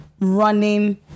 running